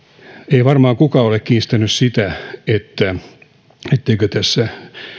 ei varmaan kukaan ole kiistänyt sitä etteikö tässä